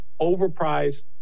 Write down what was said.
overpriced